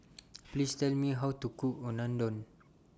Please Tell Me How to Cook Unadon